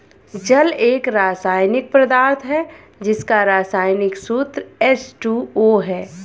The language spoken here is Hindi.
जल एक रसायनिक पदार्थ है जिसका रसायनिक सूत्र एच.टू.ओ है